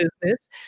business